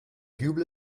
dübel